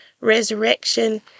resurrection